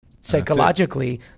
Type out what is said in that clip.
Psychologically